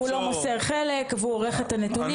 ולפעמים הוא גם לא מוסר חלק מהדברים או עורך חלק מהנתונים.